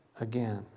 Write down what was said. again